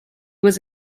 was